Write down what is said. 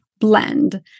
blend